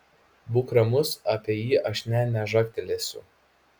būk ramus apie jį aš nė nežagtelėsiu